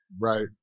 Right